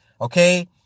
Okay